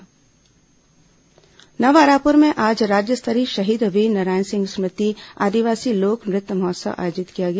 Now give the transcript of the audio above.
आदिवासी नृत्य महोत्सव नवा रायपुर में आज राज्य स्तरीय शहीद वीरनारायण सिंह स्मृति आदिवासी लोक नृत्य महोत्सव आयोजित किया गया